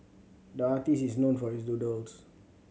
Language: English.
the artist is known for his doodles